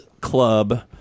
Club